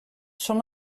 són